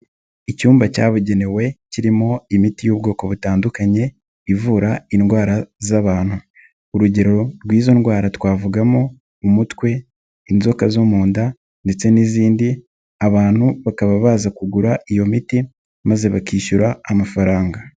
Icyumba cyabugenewe kirimo imiti y'ubwoko butandukanye ivura indwara z'abantu, urugero rw'izo ndwara twavugamo umutwe, inzoka zo mu nda ndetse n'izindi, abantu bakaba baza kugura iyo miti maze bakishyura amafaranga.